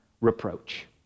reproach